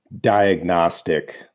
diagnostic